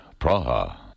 Praha